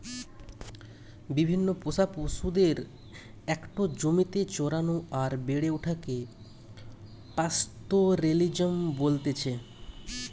বিভিন্ন পোষা পশুদের একটো জমিতে চরানো আর বেড়ে ওঠাকে পাস্তোরেলিজম বলতেছে